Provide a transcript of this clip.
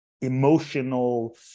emotional